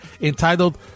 entitled